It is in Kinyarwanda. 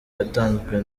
yatanzwe